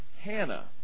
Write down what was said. Hannah